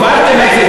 והפעלתם את זה,